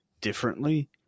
differently